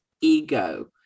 ego